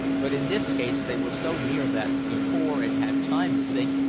but in this case they were so near that, before it had time to sink,